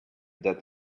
that